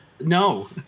No